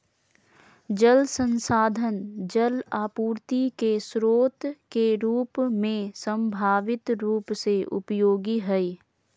जल संसाधन जल आपूर्ति के स्रोत के रूप में संभावित रूप से उपयोगी हइ